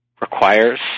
requires